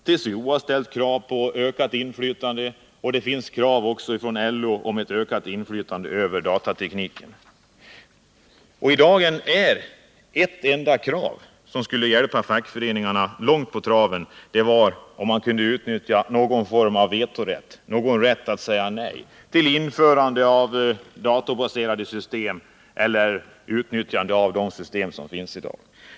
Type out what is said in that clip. TCO och även LO har ställt krav på ökat inflytande över datatekniken. Något som i dag skulle hjälpa fackföreningarna en hel del vore om det fanns någon form av vetorätt, en rätt att säga nej till införande av datorbaserade system eller utnyttjande av system som redan finns.